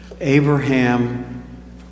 Abraham